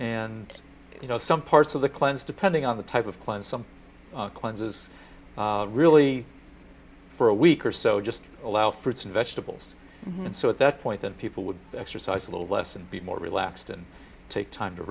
and you know some parts of the cleanse depending on the type of cleanse some cleanse is really for a week or so just allow fruits and vegetables and so at that point that people would exercise a little less and be more relaxed and take time to